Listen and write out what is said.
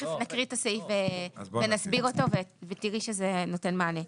תיכף נקריא את הסעיף ונסביר אותו ותראי שזה נותן מענה,